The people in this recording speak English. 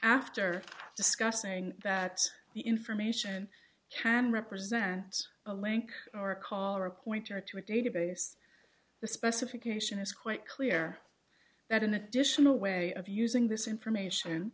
after discussing that the information can represent a link or a call or a pointer to a database the specification is quite clear that an additional way of using this information